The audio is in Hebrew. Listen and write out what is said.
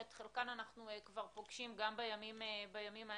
שאת חלקן אנחנו כבר פוגשים בימים האלה.